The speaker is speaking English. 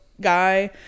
guy